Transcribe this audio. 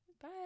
bye